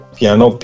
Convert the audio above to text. piano